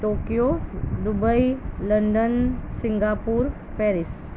Tokyo Dubai London Singapore Paris